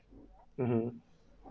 mmhmm